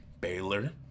Baylor